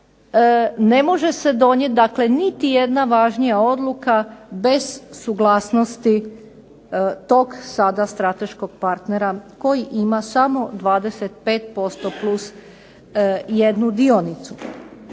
ne može se donijeti dakle niti jedna važnija odluka bez suglasnosti tog sada strateškog partnera koji ima samo 25% plus jednu dionicu.